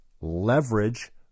leverage